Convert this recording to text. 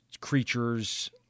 creatures